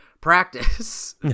Practice